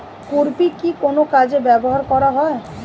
খুরপি কি কোন কাজে ব্যবহার করা হয়?